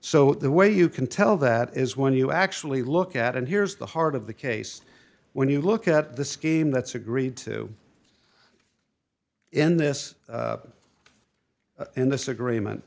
so the way you can tell that is when you actually look at and here's the heart of the case when you look at the scheme that's agreed to in this in this agreement